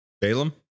Balaam